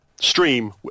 stream